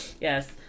Yes